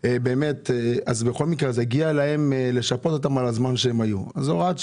יש הרבה מאוד עיוותים